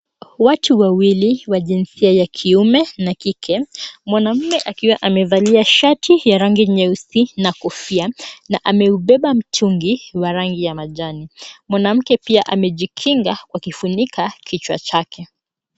Watu wawili wa jinsia ya kiume na kike. Mwanamume akiwa amevalia shati nyeusi na kofia na ameubeba mtungi wa rangi ya majani. Mwanamke pia amejikinga kwa kufunika kichwa chake.